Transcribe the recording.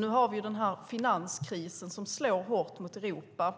Nu har vi finanskrisen, som slår hårt mot Europa